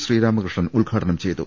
ശ്രീരാമകൃഷ്ണൻ ഉദ്ഘാടനം ചെയ്തു